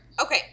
Okay